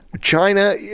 China